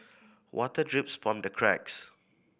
water drips from the cracks